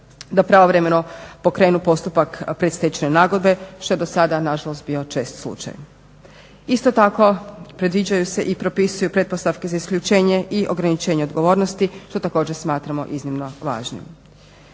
da pravovremeno pokrenu postupak predstečajne nagodbe što je do sada nažalost bio čest slučaj. Isto tako predviđaju se i propisuju se pretpostavke za isključenje i ograničenje odgovornosti što također smatramo iznimno važnim.